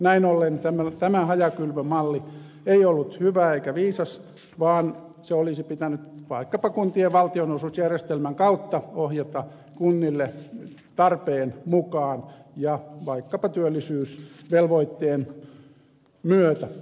näin ollen tämä hajakylvömalli ei ollut hyvä eikä viisas vaan se olisi pitänyt vaikkapa kuntien valtionosuusjärjestelmän kautta ohjata kunnille tarpeen mukaan ja vaikkapa työllisyysvelvoitteen myötä